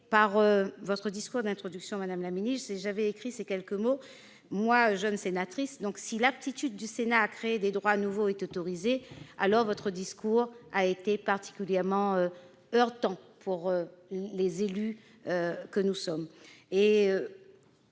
par votre discours introductif, madame la secrétaire d'État, j'ai souhaité dire ces quelques mots, moi, jeune sénatrice. Si l'aptitude du Sénat à créer des droits nouveaux est autorisée, alors votre discours a été particulièrement heurtant pour les élus que nous sommes.